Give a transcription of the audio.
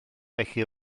felly